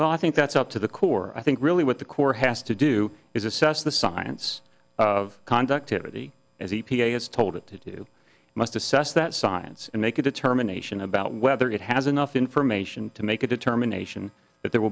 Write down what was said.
well i think that's up to the core i think really what the core has to do is assess the science of conductivity as e p a has told it to do must assess that science and make a determination about whether it has enough information to make a determination that there